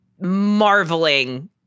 marveling